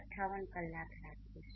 58 કલાકરાખીશ